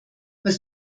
was